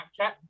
snapchat